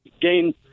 gain